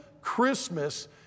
Christmas